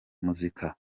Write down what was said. muzika